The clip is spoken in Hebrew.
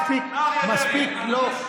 מספיק, לא.